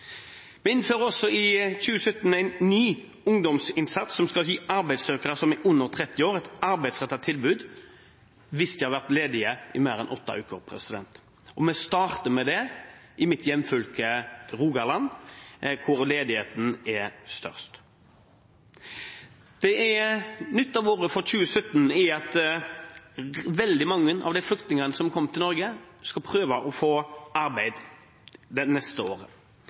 Vi innfører i 2017 også en ny ungdomsinnsats, som skal gi arbeidssøkere som er under 30 år, et arbeidsrettet tilbud hvis de har vært ledige i mer enn åtte uker. Vi starter med det i mitt hjemfylke, Rogaland, hvor ledigheten er størst. Nytt av året – for 2017 – er at veldig mange av flyktningene som er kommet til Norge, skal prøve å få arbeid det neste året.